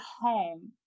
home